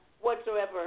whatsoever